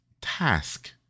task